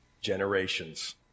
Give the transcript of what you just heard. generations